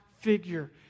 figure